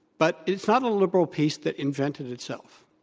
but it's not a liberal peace that invented itself.